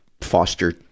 foster